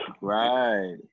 Right